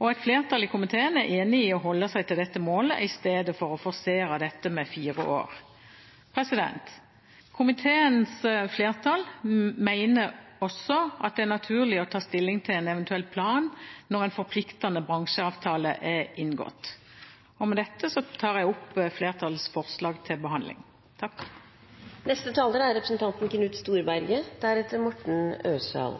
Et flertall i komiteen er enig i å holde seg til dette målet i stedet for å forsere dette med fire år. Komiteens flertall mener også det er naturlig å ta stilling til en eventuell plan når en forpliktende bransjeavtale er inngått. Jeg vil med dette anbefale komiteens innstilling.